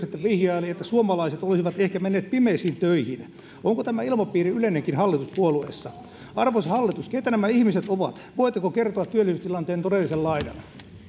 vihjaili että suomalaiset olisivat ehkä menneet pimeisiin töihin onko tämä ilmapiiri yleinenkin hallituspuolueissa arvoisa hallitus keitä nämä ihmiset ovat voitteko kertoa työllisyystilanteen todellisen laidan